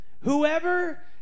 whoever